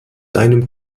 deinem